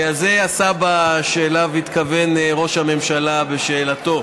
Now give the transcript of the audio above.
זה הסבא שאליו התכוון ראש הממשלה בשאלתו.